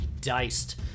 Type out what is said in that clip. diced